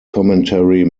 commentary